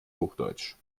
hochdeutsch